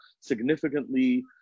Significantly